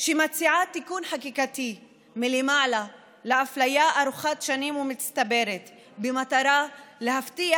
שמציעה תיקון חקיקתי מלמעלה לאפליה ארוכת שנים ומצטברת במטרה להבטיח